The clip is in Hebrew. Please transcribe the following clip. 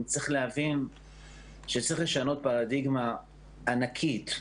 צריך להבין שצריך לשנות פרדיגמה ענקית.